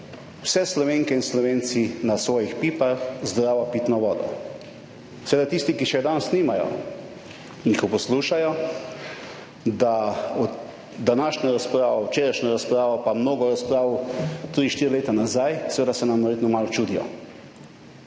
vsi Slovenke in Slovenci na svojih pipah zdravo pitno vodo. Seveda tisti, ki še danes nimajo in ko poslušajo, da…, današnjo razpravo, včerajšnjo razpravo, pa mnogo razprav 3, 4 leta nazaj, seveda se nam verjetno malo čudijo.